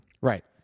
Right